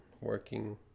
working